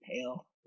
pale